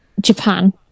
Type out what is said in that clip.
Japan